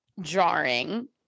jarring